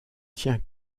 tient